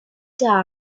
got